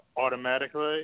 automatically